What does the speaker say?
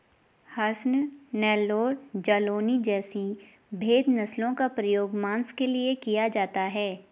हसन, नेल्लौर, जालौनी जैसी भेद नस्लों का प्रयोग मांस के लिए किया जाता है